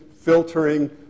filtering